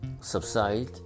subside